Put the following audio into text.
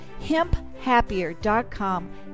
Hemphappier.com